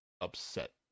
upset